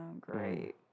great